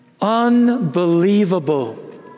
Unbelievable